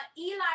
Eli